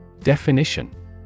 Definition